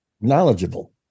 knowledgeable